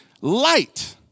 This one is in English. light